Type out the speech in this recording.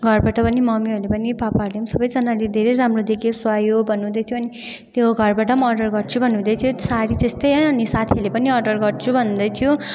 घरबाट पनि मम्मीहरूले पनि पापाहरूले पनि सबैजनाले धेरै राम्रो देख्यो सुहायो भन्नु हुँदै थियो अनि त्यो घरबाट पनि अडर गर्छु भन्नु हुँदै थियो सारी त्यस्तै है अनि साथीहरूले पनि अर्डर गर्चु भन्दैथ्यो